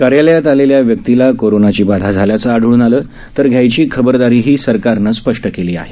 कार्यालयात आलेल्या व्यक्तीला कोरोनाची बाधा झाल्याचे आढळून आलं तर घ्यायची खबरदारीही सरकारने स्पष्ट केली आहे